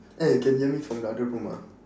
eh you can hear me from the other room ah